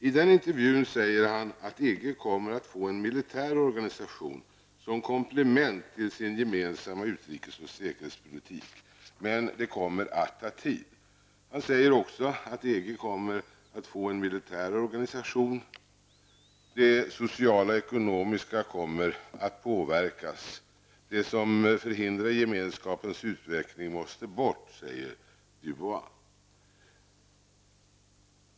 I den intervjun säger han att EG kommer att få en militär organisation som komplement till sin gemensamma utrikes och säkerhetspolitik, men det kommer att ta tid. Han säger också att EG kommer att få en militär organisation och att det sociala och ekonomiska kommer att påverkas. Det som förhindrar gemenskapens utveckling måste bort, säger Dubois.